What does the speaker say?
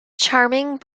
charming